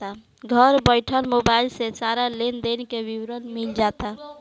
घर बइठल मोबाइल से सारा लेन देन के विवरण मिल जाता